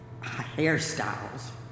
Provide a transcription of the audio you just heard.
hairstyles